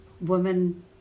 women